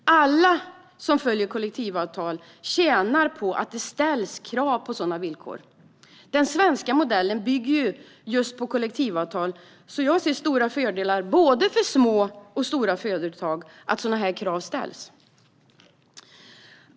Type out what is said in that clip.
Alla som följer kollektivavtal tjänar på att det ställs krav på sådana villkor. Den svenska modellen bygger just på kollektivavtal, så jag ser stora fördelar både för stora och för små företag att sådana krav ställs.